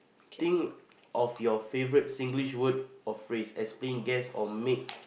think of your favourite Singlish word or phrase explain guess or make